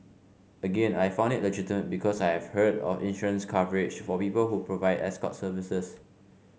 again I found it legitimate because I have heard of insurance coverage for people who provide escort services